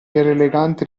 elegante